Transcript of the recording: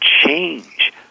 change